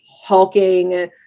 hulking